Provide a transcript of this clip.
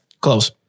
Close